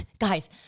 guys